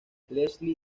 leslie